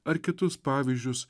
ar kitus pavyzdžius